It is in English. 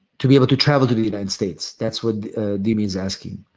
to be able to travel to the united states? that's what dimi is asking.